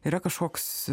yra kažkoks